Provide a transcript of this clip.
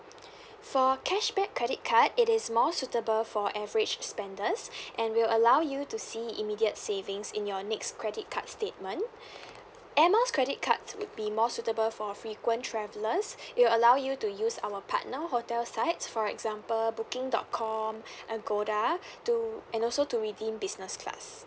for cashback credit card it is more suitable for average spenders and will allow you to see immediate savings in your next credit card statement airmiles credit cards would be more suitable for frequent travelers it will allow you to use our partner hotel sites for example booking dot com Agoda to and also to redeem business class